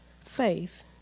Faith